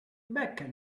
mecca